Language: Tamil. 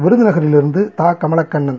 விருதுநகரிலிருந்து கமலக்கண்னன்